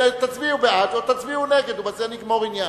תצביעו בעד או תצביעו נגד, ובזה נגמור עניין.